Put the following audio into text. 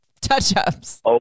touch-ups